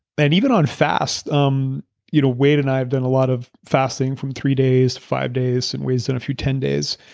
and even on fast. um you know wade and i have done a lot of fasting, from three days to five days, and wade's done a few ten days.